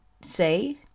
say